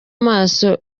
maso